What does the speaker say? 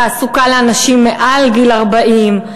תעסוקה לאנשים מעל גיל 40,